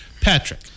Patrick